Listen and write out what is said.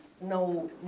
No